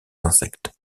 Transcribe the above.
insectes